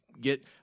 get